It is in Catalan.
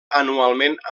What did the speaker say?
anualment